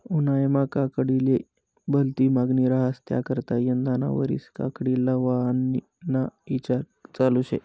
उन्हायामा काकडीले भलती मांगनी रहास त्याकरता यंदाना वरीस काकडी लावाना ईचार चालू शे